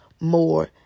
more